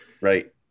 Right